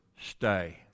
stay